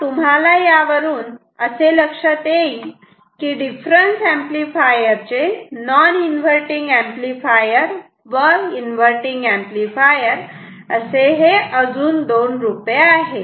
आणि तुम्हाला यावरून लक्षात येईल की डिफरन्स एम्पलीफायर चे नॉन इन्व्हर्टटिंग एंपलीफायर व इन्व्हर्टटिंग एंपलीफायर हे दोन रूपे आहेत